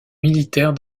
militaire